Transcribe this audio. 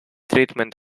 treatment